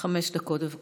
חמש דקות, בבקשה.